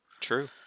true